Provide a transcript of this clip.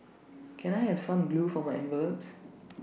can I have some glue for my envelopes